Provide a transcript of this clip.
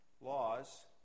laws